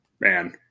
man